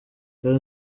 rayon